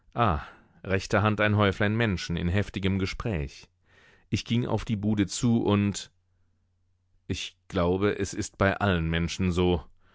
rechter hand ein häuflein menschen in heftigem gespräch ich ging auf die bude zu und ich glaube es ist bei allen menschen so